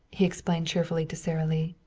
he explained cheerfully to sara lee.